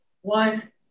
one